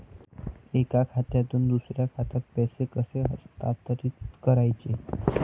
एका खात्यातून दुसऱ्या खात्यात पैसे कसे हस्तांतरित करायचे